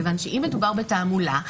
כיוון שאם מדובר בתעמולה,